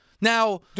Now—